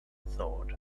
thought